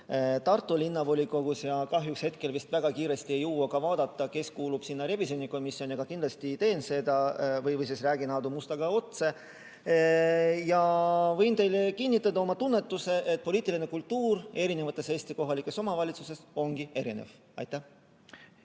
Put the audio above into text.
Tartu Linnavolikogus. Kahjuks hetkel vist väga kiiresti ei jõua ka vaadata, kes kuulub sinna revisjonikomisjoni. Kindlasti ma teen seda või räägin Aadu Mustaga otse. Aga võin teile kinnitada oma tunnetust, et poliitiline kultuur Eesti kohalikes omavalitsustes ongi erinev. Aitäh